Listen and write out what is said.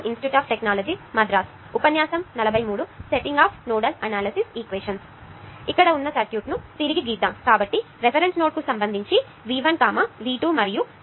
ఇక్కడ ఉన్న సర్క్యూట్ ను తిరిగి గీద్దాం కాబట్టి రిఫరెన్స్ నోడు కు సంబంధించి V1 V2 మరియు V3 ను నిర్వచిస్తాము